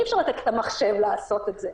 אי-אפשר לתת למחשב לעשות את זה.